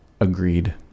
Agreed